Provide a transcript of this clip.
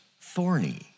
thorny